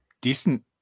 decent